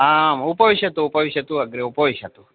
आम् उपविशतु उपविशतु अग्रे उपविशतु